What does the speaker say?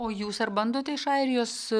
o jūs ar bandote iš airijos